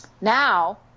Now